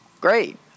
Great